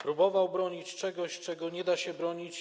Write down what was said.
Próbował bronić czegoś, czego nie da się bronić.